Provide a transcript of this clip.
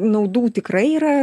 naudų tikrai yra